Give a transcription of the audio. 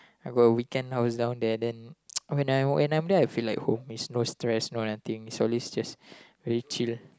I got a weekend house down there then when I'm when I'm there I feel like home is no stress no nothing is always just very chill